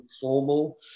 formal